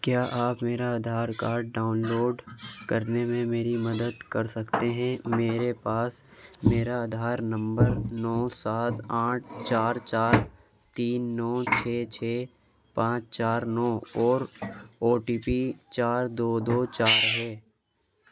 کیا آپ میرا آدھار کارڈ ڈاؤن لوڈ کرنے میں میری مدد کر سکتے ہیں میرے پاس میرا آدھار نمبر نو سات آٹھ چار چار تین نو چھ چھ پانچ چار نو اور او ٹی پی چار دو دو چا رہے